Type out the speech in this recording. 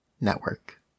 Network